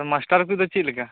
master ᱠᱚᱫᱚ ᱪᱮᱫᱞᱮᱠᱟ